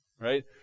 Right